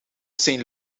saint